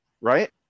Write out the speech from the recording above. right